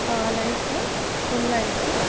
పాల ఐస్ పుల్ల ఐస్